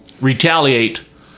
retaliate